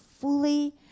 fully